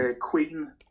Queen